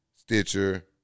Stitcher